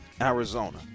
Arizona